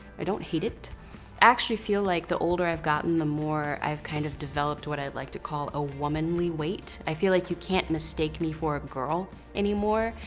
i don't hate it. i actually feel like the older i've gotten, the more i've kind of developed what i like to call a womanly weight. i feel like you can't mistake me for a girl anymore.